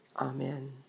Amen